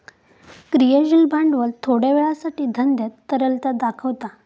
क्रियाशील भांडवल थोड्या वेळासाठी धंद्यात तरलता दाखवता